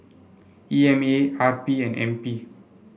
E M A R P and N P